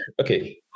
Okay